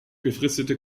befristete